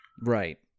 right